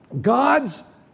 God's